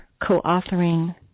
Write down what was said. co-authoring